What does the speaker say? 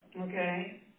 Okay